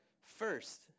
first